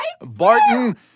Barton